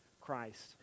Christ